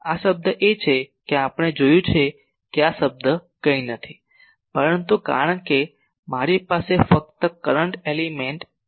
આ પદ એ છે કે આપણે જોયું છે કે આ પદ કંઈ નથી પરંતુ કારણ કે મારી પાસે ફક્ત કરંટ એલિમેન્ટ I